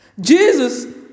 Jesus